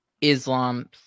Islam